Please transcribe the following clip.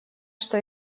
что